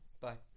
bye